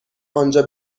آنجا